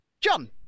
John